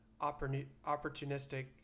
opportunistic